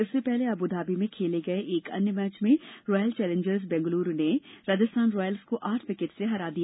इससे पहले अबूधाबी में खेले गए एक अन्य मैच में रॉयल चैलेंजर्स बंगलौर ने राजस्थान रॉयल्स को आठ विकेट से हरा दिया